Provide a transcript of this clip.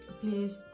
Please